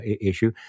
issue